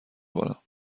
کنم